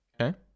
Okay